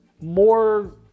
more